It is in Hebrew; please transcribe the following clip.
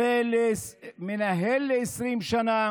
ומנהל 20 שנה: